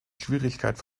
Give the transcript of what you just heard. schwierigkeit